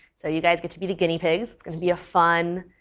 so you guys get to be the guinea pigs. it's going to be a fun,